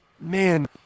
man